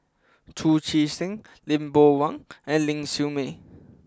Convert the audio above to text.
Chu Chee Seng Lee Boon Wang and Ling Siew May